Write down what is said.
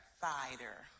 fighter